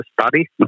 study